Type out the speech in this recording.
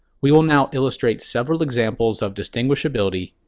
we will now illustrate several examples of distinguishability,